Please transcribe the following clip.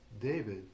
david